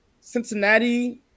Cincinnati